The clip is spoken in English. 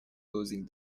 closing